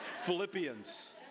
Philippians